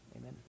Amen